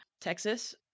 texas